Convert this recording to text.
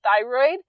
Thyroid